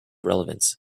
relevance